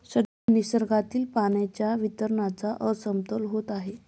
सध्या निसर्गातील पाण्याच्या वितरणाचा असमतोल होत आहे